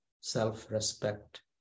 self-respect